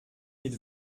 mit